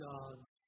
God's